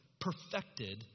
perfected